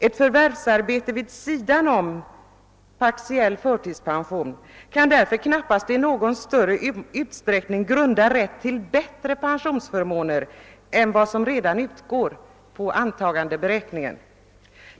En förvärvsinkomst vid sidan om partiell förtidspension kan därför knappast i någon större utsträckning grunda rätt till bättre pensionsförmåner än vad som redan utgår enligt antagandeberäkningen.